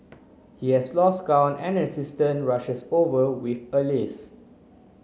he has lost count and an assistant rushes over with a list